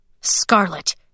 Scarlet